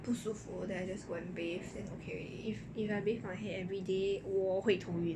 if if I bath my head everyday 我会头晕